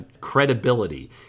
credibility